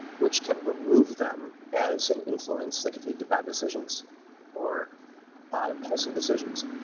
which can remove them as an influence that could lead to bad decisions or impulsive decisions.